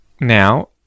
now